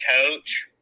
coach